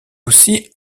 aussi